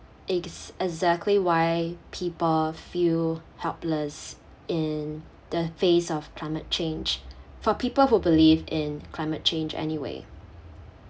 ex~ exactly why people feel helpless in the face of climate change for people who believe in climate change anyway